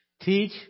Teach